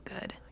good